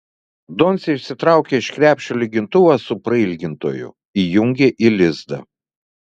doncė išsitraukė iš krepšio lygintuvą su prailgintoju įjungė į lizdą